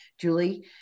Julie